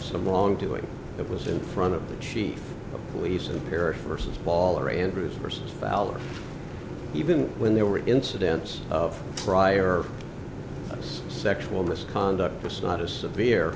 some long to it it was in front of the chief of police in paris versus baller andrews versus ballard even when there were incidents of prior sexual misconduct just not as severe